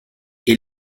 est